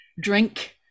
drink